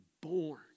born